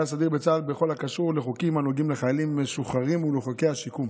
סדיר בצה"ל בכל הקשור לחוקים הנוגעים לחיילים משוחררים ולחוקי השיקום.